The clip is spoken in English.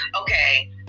okay